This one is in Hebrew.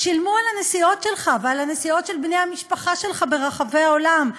שילמו על הנסיעות שלך ועל הנסיעות של בני המשפחה שלך ברחבי העולם?